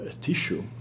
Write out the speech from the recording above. tissue